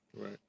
right